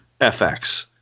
FX